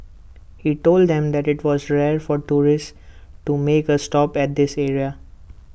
he told them that IT was rare for tourists to make A stop at this area